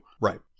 Right